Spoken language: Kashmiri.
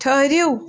ٹھٔہرِو